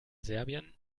serbien